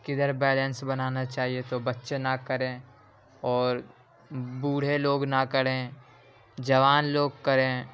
کدھر بیلنس بنانا چاہیے تو بچے نہ کریں اور بوڑھے لوگ نہ کریں جوان لوگ کریں